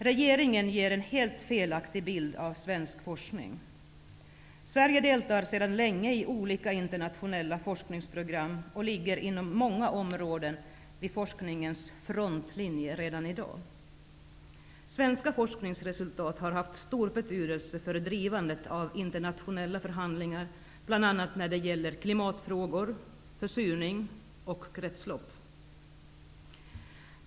Regeringen ger en helt felaktig bild av svensk forskning. Sverige deltar sedan länge i olika internationella forskningsprogram och ligger inom många områden redan i dag vid forskningens frontlinje. Svenska forskningsresultat har haft stor betydelse för drivandet av internationella förhandlingar, bl.a. när det gäller klimatfrågor, försurning och kretslopp.